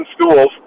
schools